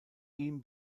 ihm